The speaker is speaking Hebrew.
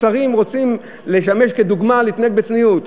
ששרים רוצים לשמש דוגמה להתנהגות בצניעות.